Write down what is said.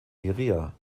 iria